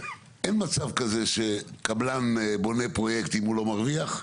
אין מצב כזה שקבלן בונה פרויקט אם הוא מרוויח,